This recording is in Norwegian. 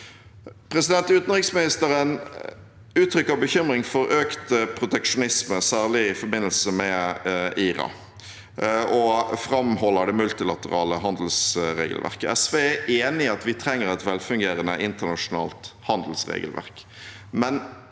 Utenriksministeren uttrykker bekymring for økt proteksjonisme, særlig i forbindelse med IRA, og framholder det multilaterale handelsregelverket. SV er enig i at vi trenger et velfungerende internasjonalt handelsregelverk,